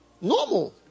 Normal